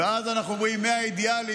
ואז אנחנו אומרים: מהאידיאלי,